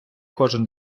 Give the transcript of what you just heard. кожен